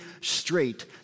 straight